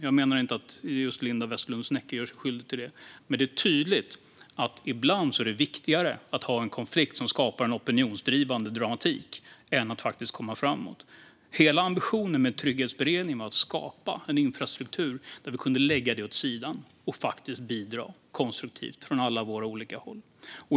Jag menar inte att just Linda Westerlund Snecker gör sig skyldig till det, men det är tydligt att det ibland är viktigare att ha en konflikt som skapar opinionsdrivande dramatik än att faktiskt komma framåt. Hela ambitionen med denna trygghetsberedning var att skapa en infrastruktur där vi kunde lägga konflikter åt sidan och faktiskt bidra konstruktivt från alla olika håll.